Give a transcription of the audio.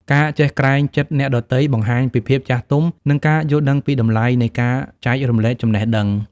ការចេះក្រែងចិត្តអ្នកដទៃ បង្ហាញពីភាពចាស់ទុំ និងការយល់ដឹងពីតម្លៃនៃការចែករំលែកចំណេះដឹង។